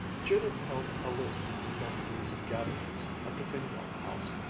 judith held aloof from these gatherings at the fingal house,